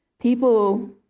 People